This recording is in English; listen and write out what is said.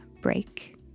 break